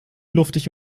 luftig